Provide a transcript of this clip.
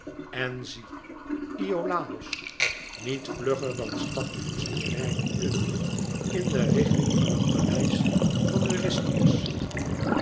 en zie iolàos niet vlugger dan stapvoets meer rijden kunnende in de richting van het paleis van